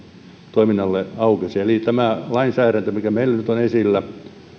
toiminnalle aukeaisi eli tämä lainsäädäntö mikä meillä nyt on esillä